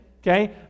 okay